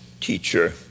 teacher